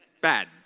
Bad